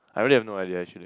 I really have no idea actually